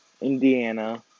Indiana